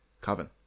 Coven